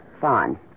Fine